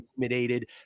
intimidated